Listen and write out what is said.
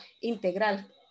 integral